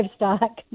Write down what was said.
livestock